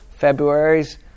Februarys